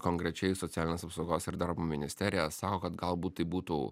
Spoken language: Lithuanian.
konkrečiai socialinės apsaugos ir darbo ministerija sako kad galbūt tai būtų